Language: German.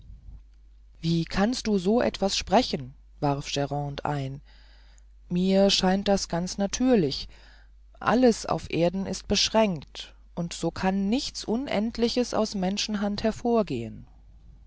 wie kannst du so etwas sprechen warf grande ein mir scheint das ganz natürlich alles auf erden ist beschränkt und so kann nichts unendliches aus menschenhand hervorgehen